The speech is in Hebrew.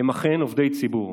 הם אכן עובדי ציבור,